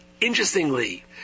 interestingly